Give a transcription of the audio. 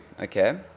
Okay